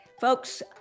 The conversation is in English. Folks